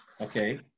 Okay